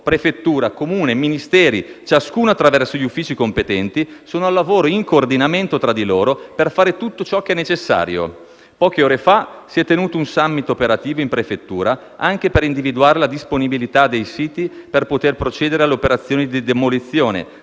Prefettura, Comune e Ministeri, ciascuno attraverso gli uffici competenti, sono al lavoro in coordinamento tra di loro per fare tutto ciò che è necessario. Poche ore fa si è tenuto un *summit* operativo in Prefettura, anche per individuare la disponibilità dei siti per poter procedere alle operazioni di demolizione